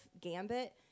Gambit